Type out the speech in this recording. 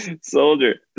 soldier